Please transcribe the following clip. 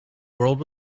world